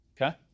Okay